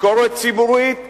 ביקורת ציבורית,